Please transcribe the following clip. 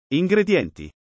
ingredienti